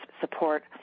support